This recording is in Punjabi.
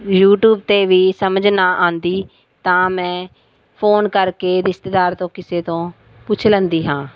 ਯੂਟਿਊਬ 'ਤੇ ਵੀ ਸਮਝ ਨਾ ਆਉਂਦੀ ਤਾਂ ਮੈਂ ਫੋਨ ਕਰਕੇ ਰਿਸ਼ਤੇਦਾਰ ਤੋਂ ਕਿਸੇ ਤੋਂ ਪੁੱਛ ਲੈਂਦੀ ਹਾਂ